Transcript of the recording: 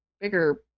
bigger